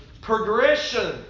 progression